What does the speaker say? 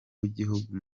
w’igihugu